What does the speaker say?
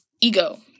Ego